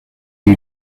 you